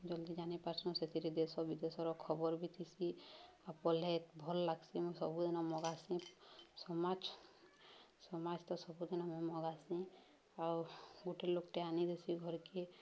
ଜଲ୍ଦି ଜାନିପାରସୁଁ ସେଥିରେ ଦେଶ ବିଦେଶର ଖବର ବିଥିସି ଆଉ ପଢ଼୍ଲେ ଭଲ୍ ଲାଗ୍ସି ମୁଇଁ ସବୁଦିନ ମଗାସି ସମାଜ ସମାଜ ତ ସବୁଦିନ ମୁଇଁ ମଗାସି ଆଉ ଗୋଟେ ଲୋକ୍ଟେ ଆନି ଦେସି ଘର୍କେ